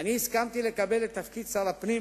והסכמתי לקבל את תפקיד שר הפנים.